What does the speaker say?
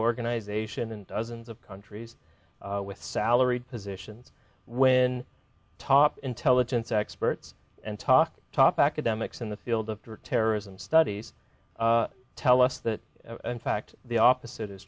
organization and dozens of countries with salaried position when top intelligence experts and talk top academics in the field of to terrorism studies tell us that in fact the opposite is